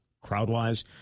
crowd-wise